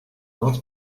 not